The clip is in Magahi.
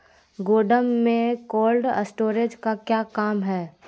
गोडम में कोल्ड स्टोरेज का क्या काम है?